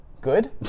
Good